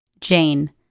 Jane